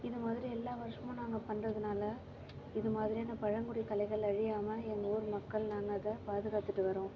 இதுமாதிரி எல்லா வருஷமும் நாங்கள் பண்ணுறதுனால இது மாதிரியான பழங்குடி கலைகள் அழியாமல் எங்கள் ஊர் மக்கள் நாங்கள் அதை பாதுகாத்துகிட்டு வரோம்